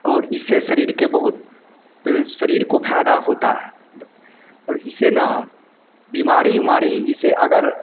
और इससे शरीर के बहुत शरीर को फ़ायदा होता है द और इससे ना बिमारी उमारी इससे अगर